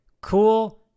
cool